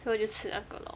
所以我就吃那个 lor